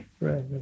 right